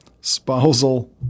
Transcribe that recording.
spousal